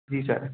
जी sir